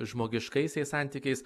žmogiškaisiais santykiais